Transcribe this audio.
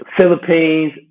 Philippines